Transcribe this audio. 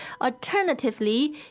alternatively